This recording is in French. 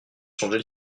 changer